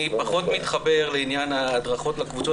אני רק --- אני פחות מתחבר לעניין ההדרכות לקבוצות,